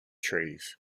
trees